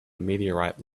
meteorite